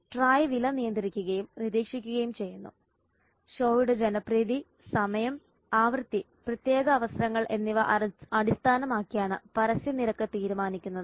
TRAI വില നിയന്ത്രിക്കുകയും നിരീക്ഷിക്കുകയും ചെയ്യുന്നു ഷോയുടെ ജനപ്രീതി സമയം ആവൃത്തി പ്രത്യേക അവസരങ്ങൾ എന്നിവ അടിസ്ഥാനമാക്കിയാണ് പരസ്യ നിരക്ക് തീരുമാനിക്കുന്നത്